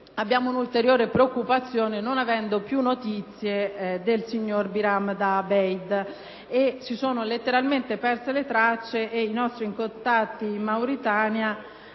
insorta un'ulteriore preoccupazione, non avendo più notizie di Biram Dah Abeid: se ne sono letteralmente perse le tracce, e i nostri contatti in Mauritania